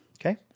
Okay